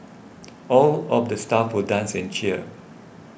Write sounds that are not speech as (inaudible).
(noise) all of the staff will dance and cheer